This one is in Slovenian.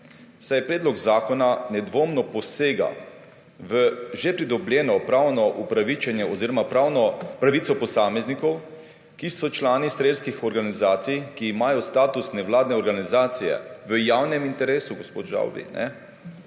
saj predlog zakona nedvomno posega v že pridobljeno pravno upravičenje oziroma pravno pravico posameznikov, ki so člani strelskih organizacij, ki imajo status nevladne organizacije v javnem interesu, gospod Žavbi,